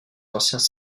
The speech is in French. anciens